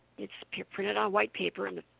it's printed on white paper, and the